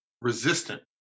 resistant